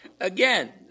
again